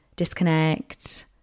disconnect